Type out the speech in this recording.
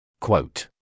Quote